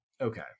okay